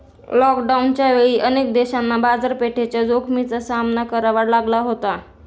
लॉकडाऊनच्या वेळी अनेक देशांना बाजारपेठेच्या जोखमीचा सामना करावा लागला होता